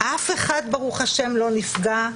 אף אחד ברוך השם לא נפגע,